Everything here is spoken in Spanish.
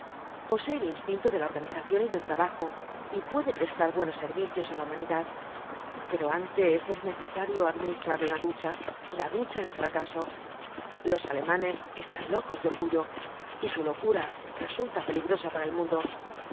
posee el instinto de la organización y del trabajo y puede prestar buenos servicios á la humanidad pero antes es necesario administrarle una ducha la ducha del fracaso los alemanes están locos de orgullo y su locura resulta peligrosa para el mundo